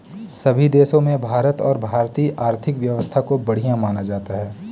सभी देशों में भारत और भारतीय आर्थिक व्यवस्था को बढ़िया माना जाता है